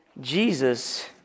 Jesus